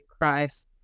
Christ